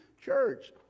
church